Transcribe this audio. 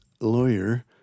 lawyer